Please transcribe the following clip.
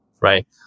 right